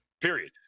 Period